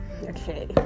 Okay